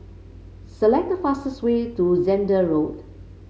select the fastest way to Zehnder Road